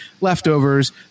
leftovers